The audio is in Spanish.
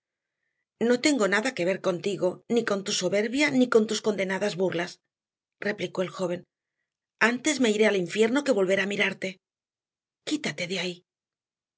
no tengo nada que ver contigo ni con tu soberbia ni con tus condenadas burlas replicó el joven antes me iré al infierno que volver a mirarte quítate de ahí